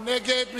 מי נגד?